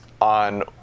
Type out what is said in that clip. on